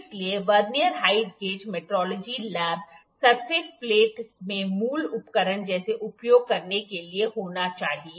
इसलिए vernier height gauge metrology lab surface plate में मूल उपकरण जैसे उपयोग करने के लिए होना चाहिए